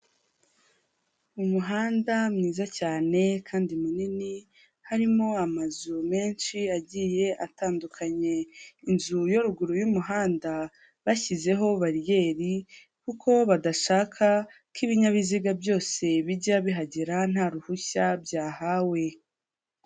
Umuhanda mwiza cyane kandi munini, harimo amazu menshi agiye atandukanye, inzu yo ruguru y'umuhanda bashyizeho bariyeri kuko badashaka ko ibinyabiziga byose bijya bihagera ntaruhushya byahawe.